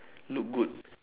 look good